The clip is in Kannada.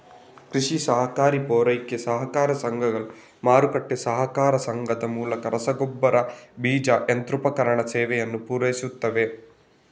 ಕೃಷಿ ಸಹಕಾರಿ ಪೂರೈಕೆ ಸಹಕಾರ ಸಂಘಗಳು, ಮಾರುಕಟ್ಟೆ ಸಹಕಾರ ಸಂಘದ ಮೂಲಕ ರಸಗೊಬ್ಬರ, ಬೀಜ, ಯಂತ್ರೋಪಕರಣ ಸೇವೆಯನ್ನು ಪೂರೈಸುತ್ತವೆ